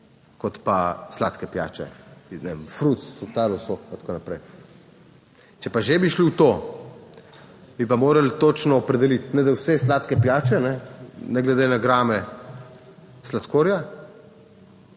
pa sladke pijače in ne vem, Fruc, Fruktalov sok in tako naprej. Če pa že bi šli v to, bi pa morali točno opredeliti ne, da vse sladke pijače ne glede na grame sladkorja,